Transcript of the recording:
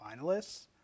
finalists